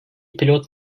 pilot